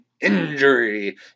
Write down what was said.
injury